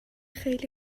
خیلی